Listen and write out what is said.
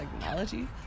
technology